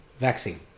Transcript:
vaccine